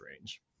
Range